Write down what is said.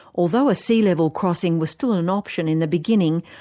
although a sea level crossing was still an option in the beginning,